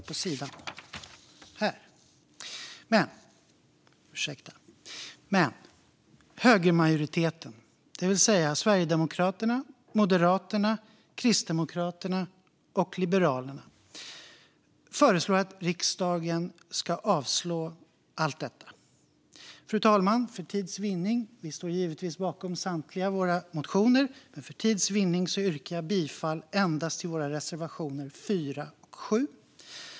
Men högermajoriteten - det vill säga Sverigedemokraterna, Moderaterna, Kristdemokraterna och Liberalerna - föreslår att riksdagen ska avslå allt detta. Fru talman! Vi står givetvis bakom samtliga våra motioner, men för tids vinning yrkar jag bifall endast till våra reservationer 4 och 7.